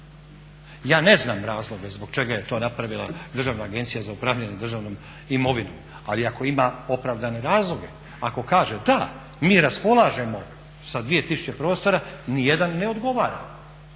Ja ne znam razloge zbog čega je to napravila Državna agencija za upravljanje državnom imovnim ali ako ima opravdane razloge, ako kaže da mi raspolažemo sa 2000 prostora ni jedan ne odgovara.